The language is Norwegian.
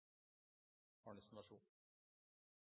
– vær så god.